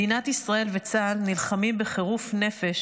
מדינת ישראל וצה"ל נלחמים בחירוף נפש